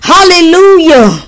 Hallelujah